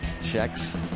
checks